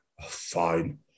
Fine